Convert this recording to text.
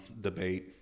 debate